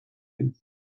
him